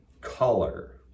color